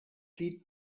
lied